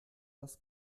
das